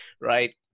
right